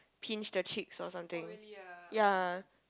pinch the cheeks or something ya